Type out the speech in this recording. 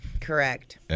Correct